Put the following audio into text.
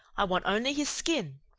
i want only his skin.